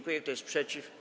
Kto jest przeciw?